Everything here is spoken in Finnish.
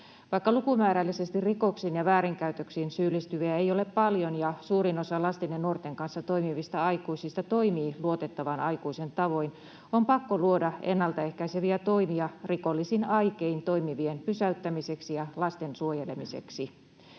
Vaikka lukumäärällisesti rikoksiin ja väärinkäytöksiin syyllistyviä ei ole paljon ja suurin osa lasten ja nuorten kanssa toimivista aikuisista toimii luotettavan aikuisen tavoin, on pakko luoda ennaltaehkäiseviä toimia rikollisin aikein toimivien pysäyttämiseksi ja lasten suojelemiseksi.